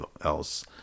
else